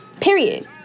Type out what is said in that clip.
Period